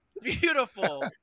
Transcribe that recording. beautiful